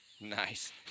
Nice